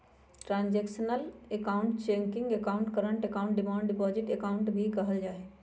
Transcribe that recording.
transactional account checking account, current account, demand deposit account भी कहल जाहई